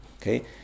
Okay